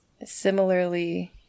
Similarly